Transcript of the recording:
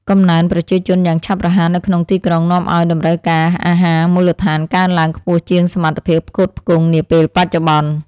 កំណើនប្រជាជនយ៉ាងឆាប់រហ័សនៅក្នុងទីក្រុងនាំឱ្យតម្រូវការអាហារមូលដ្ឋានកើនឡើងខ្ពស់ជាងសមត្ថភាពផ្គត់ផ្គង់នាពេលបច្ចុប្បន្ន។